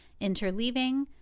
interleaving